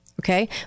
Okay